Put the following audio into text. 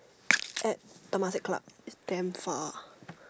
at Temasek club is damn far